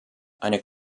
eine